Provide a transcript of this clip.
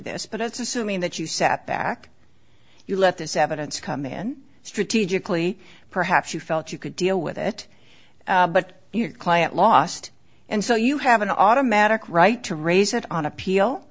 this but that's assuming that you sat back you let this evidence come in strategically perhaps you felt you could deal with it but your client lost and so you have an automatic right to raise it on appeal